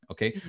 Okay